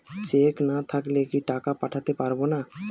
Check না থাকলে কি টাকা পাঠাতে পারবো না?